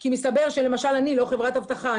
כי מסתבר שלמשל אני לא חברת אבטחה.